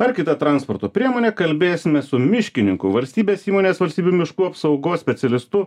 ar kita transporto priemone kalbėsimės su miškininku valstybės įmonės valstybinių miškų apsaugos specialistu